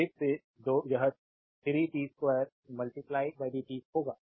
तो 1 से 2 यह 3 t 2 dt होगा